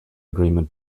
agreement